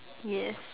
yes